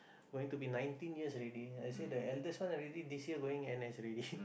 going to be nineteen years already I say the eldest one already this year going n_s already